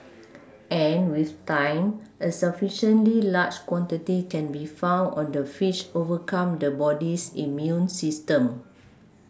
and with time a sufficiently large quantity can be found on the fish overcome the body's immune system